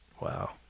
wow